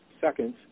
seconds